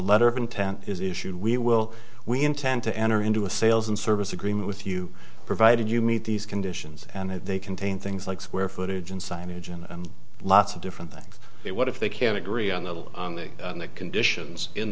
letter of intent is issued we will we intend to enter into a sales and service agreement with you provided you meet these conditions and they contain things like square footage and signage and lots of different things what if they can't agree on the will and the conditions in